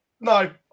No